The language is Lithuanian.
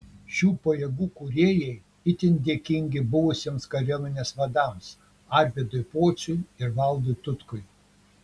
šių pajėgų kūrėjai itin dėkingi buvusiems kariuomenės vadams arvydui pociui ir valdui tutkui